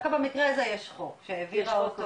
דווקא במקרה הזה יש חוק שהעביר גלעד,